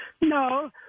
No